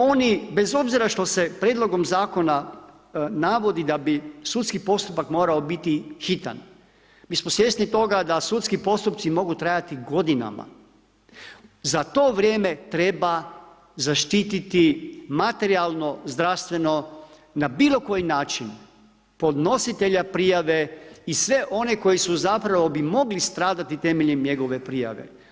Oni bez obzira što se prijedlog zakona navodi da bi sudski postupak morao biti hitan, mi smo svjesni toga da sudski postupci mogu trajati godinama, za to vrijeme treba zaštititi materijalno, zdravstveno, na bilokoji način podnositelja prijave i sve one koji zapravo bi mogli stradati temeljem njegove prijave.